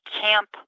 camp